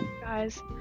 guys